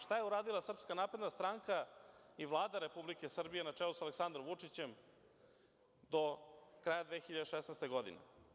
Šta je uradila SNS i Vlada Republike Srbije na čelu sa Aleksandrom Vučićem do kraja 2016. godine?